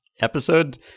episode